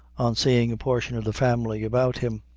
on seeing a portion of the family about him,